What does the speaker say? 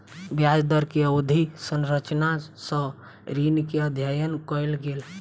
ब्याज दर के अवधि संरचना सॅ ऋण के अध्ययन कयल गेल